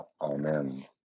Amen